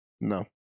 No